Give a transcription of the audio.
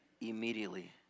immediately